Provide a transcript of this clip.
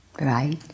Right